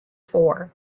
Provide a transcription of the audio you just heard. four